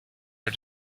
are